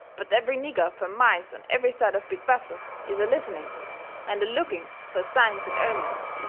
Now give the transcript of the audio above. but every nigger fur miles on every side of big bethel is a-listening and a-looking fur signs and omens,